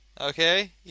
Okay